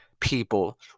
people